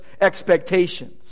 expectations